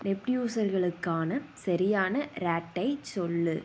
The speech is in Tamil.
நிஃப்ட்யூசர்களுக்கான சரியான ரேட்டைச் சொல்லு